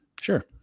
Sure